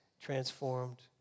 transformed